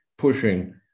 pushing